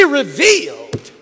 revealed